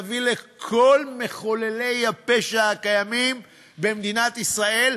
זה יביא לכל מחוללי הפשע הקיימים במדינת ישראל,